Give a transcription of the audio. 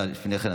לפני כן,